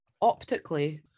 optically